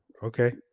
Okay